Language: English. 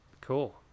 Cool